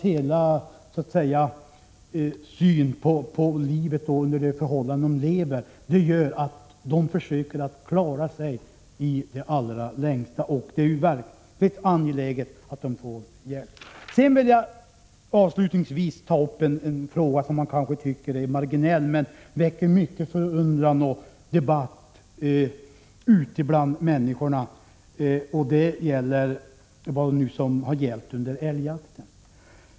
Hela deras syn på livet och de förhållanden de lever under gör att de försöker klara sig i det längsta. Därför är det verkligen angeläget att de får hjälp. Avslutningsvis vill jag ta upp en fråga som man kan tycka är marginell, men som väcker mycken förundran och debatt ute bland människorna. Den handlar om vad som hänt under älgjakten.